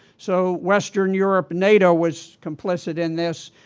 so western europe, nato was complicit in this.